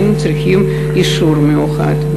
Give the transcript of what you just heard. והיינו צריכים אישור מיוחד.